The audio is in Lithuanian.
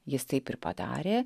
jis taip ir padarė